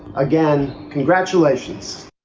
again, congratulations.